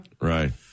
Right